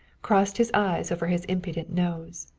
crossed his eyes over his impudent nose.